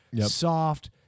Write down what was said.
soft